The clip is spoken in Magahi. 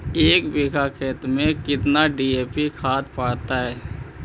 एक बिघा खेत में केतना डी.ए.पी खाद पड़तै?